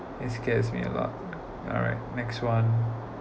it's scared me a lot alright next one